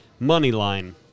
Moneyline